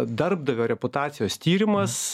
darbdavio reputacijos tyrimas